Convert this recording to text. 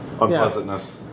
unpleasantness